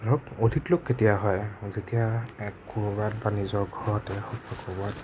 ধৰক অধিক লোক কেতিয়া হয় যেতিয়া ক'ৰবাত বা নিজৰ ঘৰতে হওক ক'বাত